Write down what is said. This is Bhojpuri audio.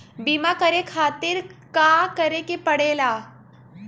बीमा करे खातिर का करे के पड़ेला?